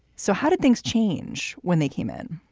so how did things change when they came in?